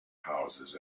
houses